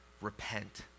repent